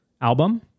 album